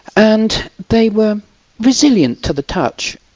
and they were resilient to the touch,